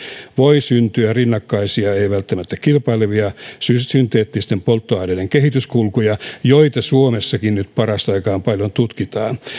voi syntyä rinnakkaisia ei välttämättä kilpailevia synteettisten polttoaineiden kehityskulkuja joita suomessakin nyt parasta aikaa paljon tutkitaan